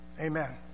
Amen